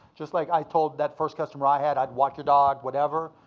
just like i told that first customer i had, i'd walk your dog, whatever,